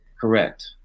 Correct